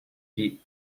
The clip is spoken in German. die